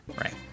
right